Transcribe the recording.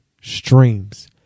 streams